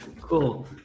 cool